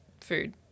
food